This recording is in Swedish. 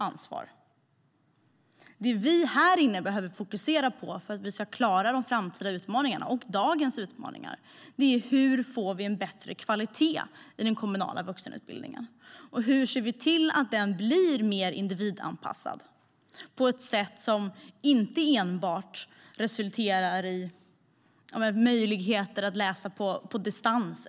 Det som vi här inne behöver fokusera på för att vi ska klara dagens och framtidens utmaningar är hur vi ska få en bättre kvalitet i den kommunala vuxenutbildningen och hur vi ska se till att den blir mer individanpassad på ett sätt som inte enbart resulterar i möjligheter att läsa exempelvis på distans.